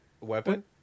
Weapon